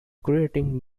creating